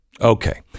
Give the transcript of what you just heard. okay